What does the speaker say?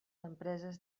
empreses